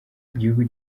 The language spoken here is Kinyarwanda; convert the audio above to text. gihugu